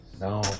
No